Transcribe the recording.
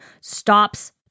stops